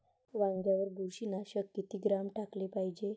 वांग्यावर बुरशी नाशक किती ग्राम टाकाले पायजे?